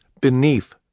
beneath